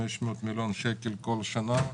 500 מיליון שקל בכל שנה.